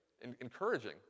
Encouraging